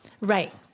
Right